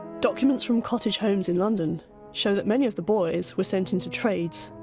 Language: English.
documents from cottage homes in london show that many of the boys were sent in to trades,